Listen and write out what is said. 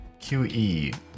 QE